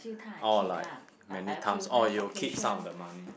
orh like many times orh you will keep some of the money